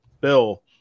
Bill